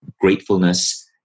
gratefulness